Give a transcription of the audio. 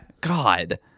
God